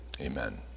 Amen